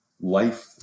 life